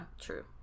true